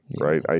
right